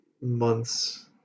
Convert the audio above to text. months